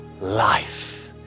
life